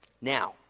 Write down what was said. Now